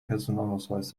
personalausweis